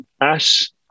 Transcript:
Ash